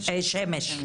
שמש.